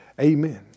Amen